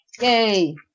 Yay